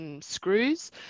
screws